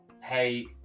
hey